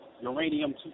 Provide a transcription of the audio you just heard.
uranium